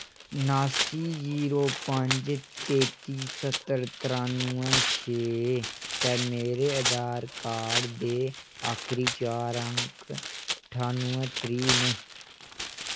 नासी zero पंज तेती स्हत्तर तरानुऐ छे ऐ ते मेरे आधार कार्ड दे आखरी चार अंक ठानुऐ त्रीह् न